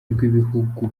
rw’ibihugu